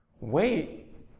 Wait